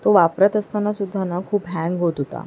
तो वापरत असतानासुद्धा ना खूप हँग होत ओता